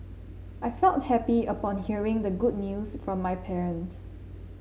I felt happy upon hearing the good news from my parents